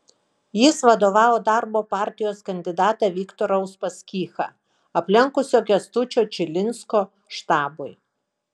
jis vadovavo darbo partijos kandidatą viktorą uspaskichą aplenkusio kęstučio čilinsko štabui